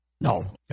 No